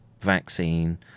vaccine